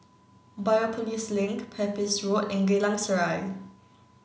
Biopolis Link Pepys Road and Geylang Serai